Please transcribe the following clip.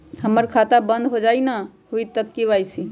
हमर खाता बंद होजाई न हुई त के.वाई.सी?